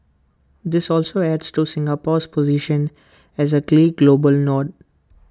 this also adds to Singapore's position as A key global node